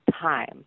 time